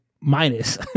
minus